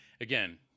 Again